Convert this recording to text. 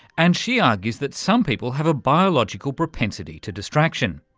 and she argues that some people have a biological propensity to distraction,